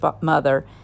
mother